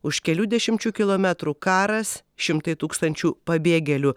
už kelių dešimčių kilometrų karas šimtai tūkstančių pabėgėlių